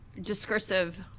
discursive